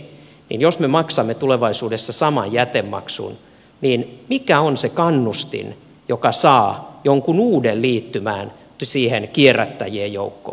jos me maksamme tulevaisuudessa saman jätemaksun niin mikä on se kannustin joka saa jonkun uuden liittymään siihen kierrättäjien joukkoon